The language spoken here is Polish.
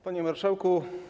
Panie Marszałku!